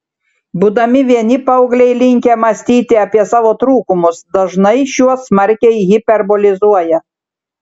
būdami vieni paaugliai linkę mąstyti apie savo trūkumus dažnai šiuos smarkiai hiperbolizuoja